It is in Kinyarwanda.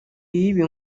y’ibi